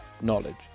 knowledge